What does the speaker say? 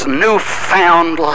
newfound